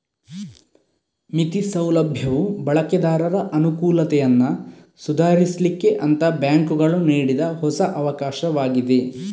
ಮಿತಿ ಸೌಲಭ್ಯವು ಬಳಕೆದಾರರ ಅನುಕೂಲತೆಯನ್ನ ಸುಧಾರಿಸ್ಲಿಕ್ಕೆ ಅಂತ ಬ್ಯಾಂಕುಗಳು ನೀಡಿದ ಹೊಸ ಅವಕಾಶವಾಗಿದೆ